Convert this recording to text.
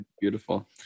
Beautiful